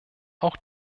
auch